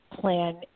plan